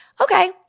okay